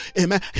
amen